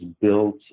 built